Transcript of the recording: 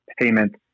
payment